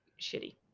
shitty